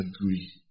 agree